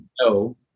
no